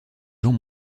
gens